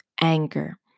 anger